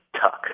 TUCK